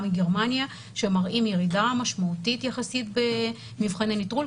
מגרמניה שמראים ירידה משמעותית יחסית במבחני נטרול.